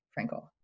Frankel